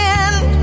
end